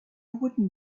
wooden